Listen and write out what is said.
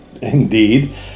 Indeed